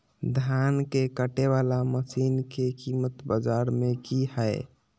धान के कटे बाला मसीन के कीमत बाजार में की हाय?